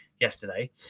yesterday